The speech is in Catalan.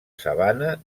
sabana